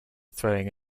throwing